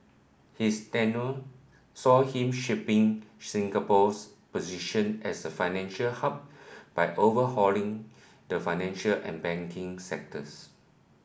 his tenure saw him shaping Singapore's position as a financial hub by overhauling the financial and banking sectors